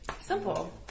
Simple